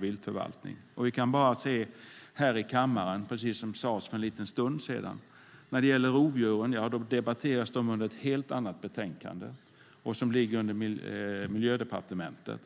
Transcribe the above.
viltförvaltningen. Vi kan bara se här i kammaren, precis som sades för en liten stund sedan, att rovdjuren debatteras under ett helt annat betänkande och som ligger under Miljödepartementet.